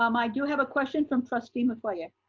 um i do have a question from trustee metoyer.